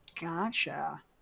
Gotcha